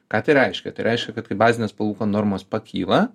ką tai reiškia tai reiškia kad kai bazinės palūkanų normos pakyla